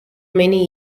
many